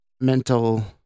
mental